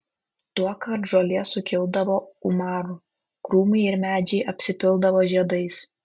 tuokart žolė sukildavo umaru krūmai ir medžiai apsipildavo žiedais